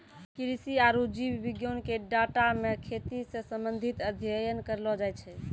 कृषि आरु जीव विज्ञान के डाटा मे खेती से संबंधित अध्ययन करलो जाय छै